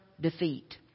defeat